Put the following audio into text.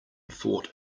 fought